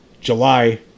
july